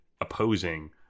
opposing